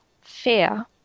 fear